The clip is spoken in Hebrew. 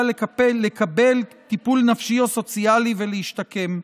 לקבל טיפול נפשי או סוציאלי ולהשתקם.